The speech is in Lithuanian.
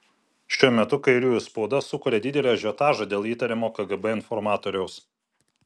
šiuo metu kairiųjų spauda sukuria didelį ažiotažą dėl įtariamo kgb informatoriaus